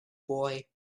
boy